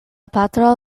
patro